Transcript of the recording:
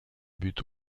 but